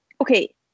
okay